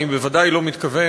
אני בוודאי לא מתכוון,